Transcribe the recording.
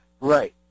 Right